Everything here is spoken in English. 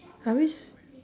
are we s~